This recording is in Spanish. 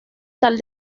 tal